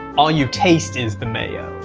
all you taste is the mayo.